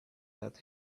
that